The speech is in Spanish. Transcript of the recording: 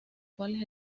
cuales